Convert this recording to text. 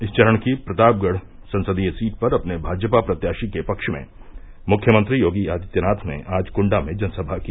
इस चरण की प्रतापगढ़ संसदीय सीट पर अपने भाजपा प्रत्याशी के पक्ष में मुख्यमंत्री योगी आदित्यनाथ ने आज कृण्डा में जनसभा की